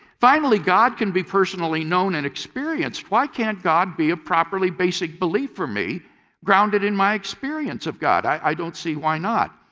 finally, god can be personally known and experienced. why can't god be a properly basic belief for me grounded in my experience of god? i don't see why not.